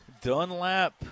Dunlap